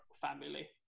family